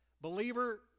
Believer